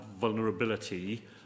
vulnerability